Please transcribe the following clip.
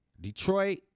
detroit